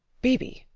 b. b.